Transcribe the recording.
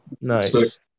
Nice